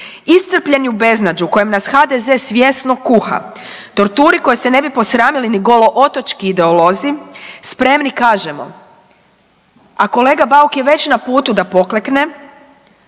Iscrpljeni u beznađu u kojem nas HDZ svjesno kuha, torturi koje se ne bi posramili ni golo otočki ideolozi spremni kažemo, a kolega Bauk je već na putu da poklekne,